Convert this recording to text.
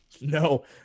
No